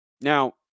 Now